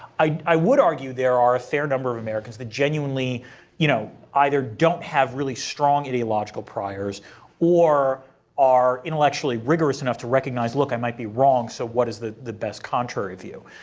i i would argue there are a fair number of americans that genuinely you know either don't have really strong ideological priors or are intellectually rigorous enough to recognize look i might be wrong so what is the the best contrary view.